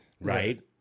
right